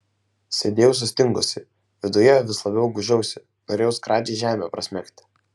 sėdėjau sustingusi viduje vis labiau gūžiausi norėjau skradžiai žemę prasmegti